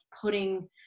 putting